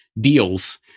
deals